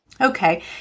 Okay